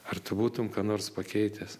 ar tu būtum ką nors pakeitęs